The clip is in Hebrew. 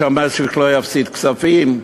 והמשק לא יפסיד כספים.